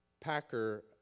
Packer